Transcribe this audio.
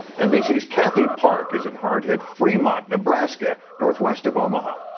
nbc's kathy park is in hard-hit fremont, nebraska, northwest of omaha.